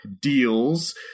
deals